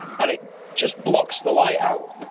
and it just blocks the light out.